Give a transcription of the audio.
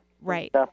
Right